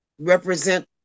represent